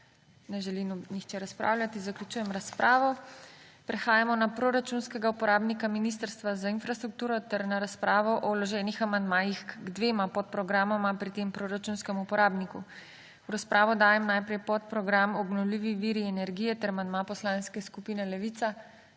Ne želi nihče razpravljati. Zaključujem razpravo. Prehajamo na proračunskega uporabnika Ministrstva za infrastrukturo ter na razpravo o vloženih amandmajih k dvema podprogramoma pri tem proračunskem uporabniku. V razpravo dajem najprej podprogram Obnovljivi viri energije ter amandma Poslanske skupine Levica.